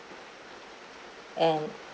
and